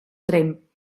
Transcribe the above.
tremp